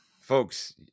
folks